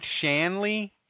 Shanley